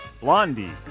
BLONDIE